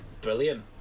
Brilliant